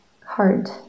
hard